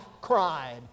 cried